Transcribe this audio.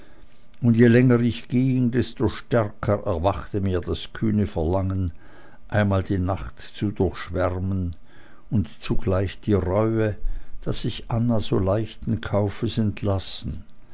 und je länger ich ging desto stärker erwachte mir das kühne verlangen einmal die nacht zu durchschwärmen und zugleich die reue daß ich anna so leichten kaufes entlassen